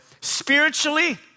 spiritually